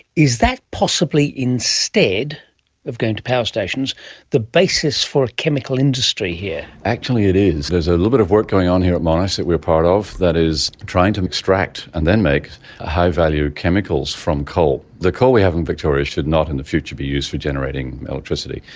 is that possibly instead of going to power stations the basis for a chemical industry here? actually, it is. there's a little bit of work going on here at monash that we are part of that is trying to extract and then make high-value chemicals from coal. the coal we have in victoria should not in the future be used for generating electricity.